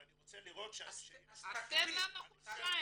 אני רוצה לראות שיש --- אז תן לנו חודשיים.